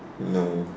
no